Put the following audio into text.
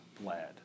bled